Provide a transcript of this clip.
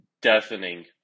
deafening